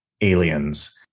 aliens